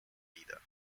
leader